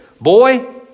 boy